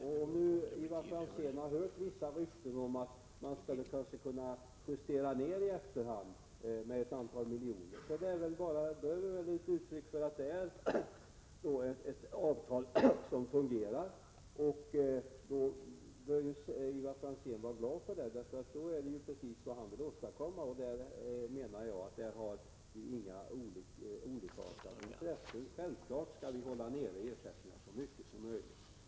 Om nu Ivar Franzén hört vissa rykten om att man i efterhand kanske skulle kunna justera ersättningen med ett antal miljoner, är det väl ett uttryck för att det är ett avtal som fungerar. Det bör Ivar Franzén vara glad för — det är ju precis vad han vill åstadkomma. Där har vi inte olika intressen — självfallet skall vi hålla nere ersättningarna så mycket som möjligt.